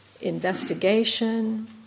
investigation